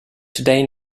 today